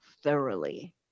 thoroughly